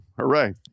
Hooray